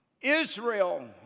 Israel